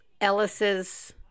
Ellis's